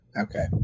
Okay